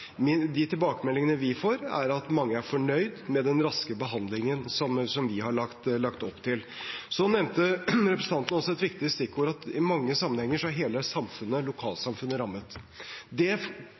De tilbakemeldingene vi får, er at mange er fornøyd med den raske behandlingen som vi har lagt opp til. Så nevnte representanten også et viktig stikkord: I mange sammenhenger er hele